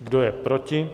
Kdo je proti?